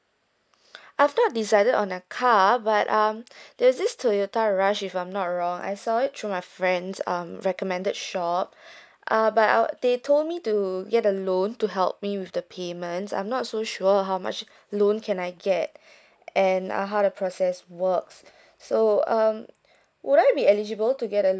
after decided on a car but um there is this Toyota rush if I'm not wrong I saw it through my friends um recommended shop ah by our they told me to get a loan to help me with the payments I'm not so sure how much loan can I get and uh how the process works so um would I be eligible to get a